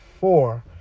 Four